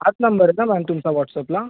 हाच नंबर आहे का मॅम तुमचा व्हॉट्सअपला